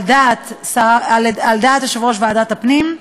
על דעת יושב-ראש ועדת הפנים,